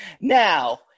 Now